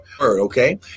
okay